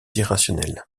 irrationnel